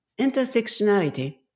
Intersectionality